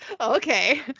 Okay